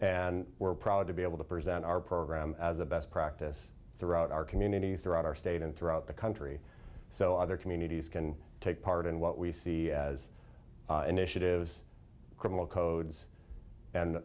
and we're proud to be able to present our program as a best practice throughout our community throughout our state and throughout the country so other communities can take part in what we see as initiatives criminal codes and